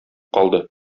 калды